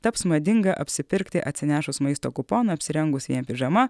taps madinga apsipirkti atsinešus maisto kuponų apsirengus vien pižama